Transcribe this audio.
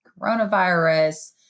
coronavirus